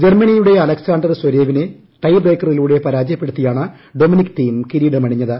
ജർമ്മനിയുടെ അലക്സാണ്ടർ സ്വരേവിനെ ടൈ ബ്രേക്കറിലൂടെ പരാജയപ്പെടുത്തിയാണ് ഡൊമിനിക് തീം കിരീടമണിഞ്ഞത്